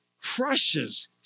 crushes